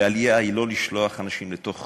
ועלייה היא לא לשלוח אנשים לתוך